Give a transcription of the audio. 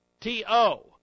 T-O